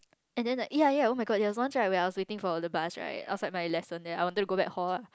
and then like ya ya oh-my-god there was once right when I was waiting for the bus right outside my lesson then I wanted to go back hall lah